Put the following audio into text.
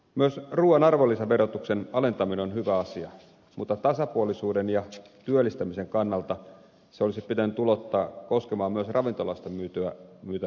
myös ruuan arvonlisäverotuksen alentaminen on hyvä asia mutta tasapuolisuuden ja työllistämisen kannalta se olisi pitänyt ulottaa koskemaan myös ravintolasta myytävää ruokaa